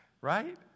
Right